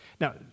Now